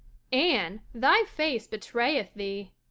anne, thy face betrayeth thee.